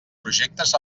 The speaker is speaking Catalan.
projectes